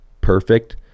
perfect